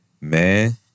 Man